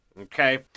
Okay